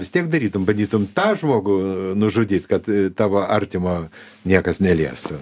vis tiek darytum bandytum tą žmogų nužudyt kad tavo artimo niekas neliestų